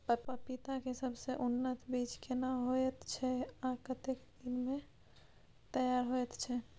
पपीता के सबसे उन्नत बीज केना होयत छै, आ कतेक दिन में तैयार होयत छै?